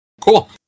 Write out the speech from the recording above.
cool